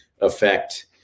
effect